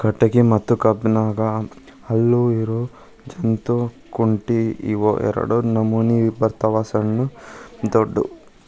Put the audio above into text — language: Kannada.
ಕಟಗಿ ಮತ್ತ ಕಬ್ಬನ್ದ್ ಹಲ್ಲ ಇರು ಜಂತ್ ಕುಂಟಿ ಇವ ಎರಡ ನಮೋನಿ ಬರ್ತಾವ ಸಣ್ಣು ದೊಡ್ಡು